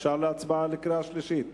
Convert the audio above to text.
אפשר לעבור להצבעה בקריאה שלישית?